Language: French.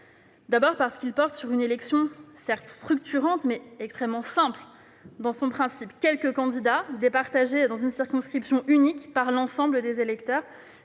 d'abord, il porte sur une élection, certes structurante, mais qui reste extrêmement simple dans son principe : quelques candidats sont départagés dans une circonscription unique par l'ensemble des électeurs.